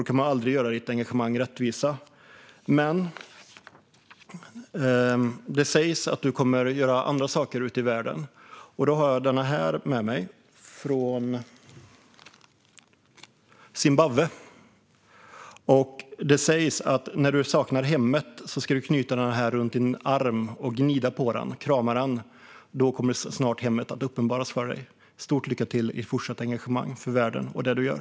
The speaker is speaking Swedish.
De kommer aldrig att göra ditt engagemang rättvisa. Det sägs att du kommer att göra andra saker ute i världen. Jag har med mig en sak från Zimbabwe. Det sägs att du ska knyta den runt din arm och gnida på den - krama den - när du saknar hemmet; då kommer hemmet snart att uppenbaras för dig. Stort lycka till i ditt fortsatta engagemang för världen och det du gör!